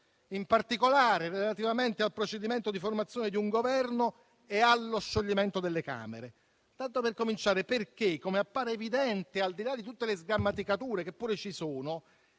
in particolare relativamente al procedimento di formazione di un Governo e allo scioglimento delle Camere, tanto per cominciare perché, come appare evidente, al di là di tutte le sgrammaticature che pure ci sono,